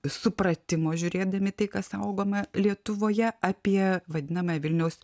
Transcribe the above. supratimo žiūrėdami į tai kas saugoma lietuvoje apie vadinamąją vilniaus